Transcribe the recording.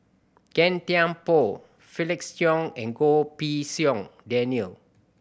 Gan Thiam Poh Felix Cheong and Goh Pei Siong Daniel